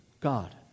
God